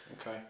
Okay